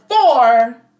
four